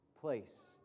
place